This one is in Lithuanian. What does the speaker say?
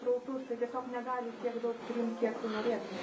srautus tai tiesiog negali tiek daug priimt kiek tų norėtų